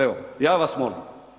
Evo, ja vas molim.